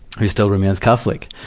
who still remains catholic.